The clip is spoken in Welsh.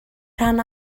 rhan